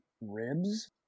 ribs